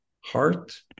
heart